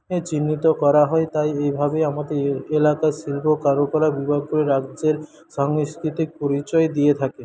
চিহ্নিত করা হয় তাই এইভাবে আমাদের এলাকার শিল্প কারুকলা বিভাগগুলি রাজ্যের সাংস্কৃতিক পরিচয় দিয়ে থাকে